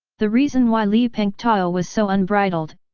the reason why li pengtao was so unbridled,